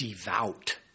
devout